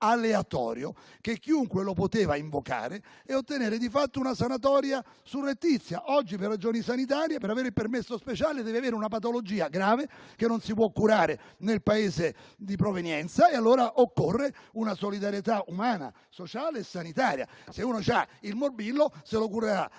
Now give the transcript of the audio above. che chiunque lo poteva invocare e ottenere di fatto una sanatoria surrettizia. Oggi, per avere il permesso speciale per ragioni sanitarie devi avere una patologia grave che non si può curare nel Paese di provenienza e allora occorre solidarietà umana, sociale e sanitaria. Se uno ha il morbillo, se lo curerà